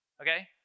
Okay